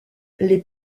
les